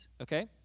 Okay